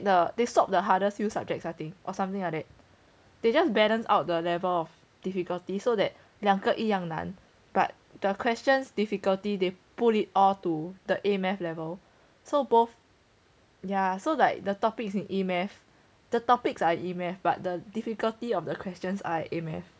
they swapped the hardest subject I think or something like that they just balance out the level of difficulty so that 两个一样难 but the questions difficulty they pull it all to the A math level so both ya so like the topics in E math the topics are E math but the difficulty of the questions are A math